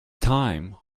time